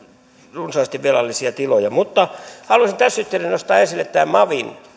runsaasti velallisia tiloja mutta haluaisin tässä yhteydessä nostaa esille tämän mavin